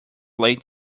late